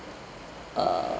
uh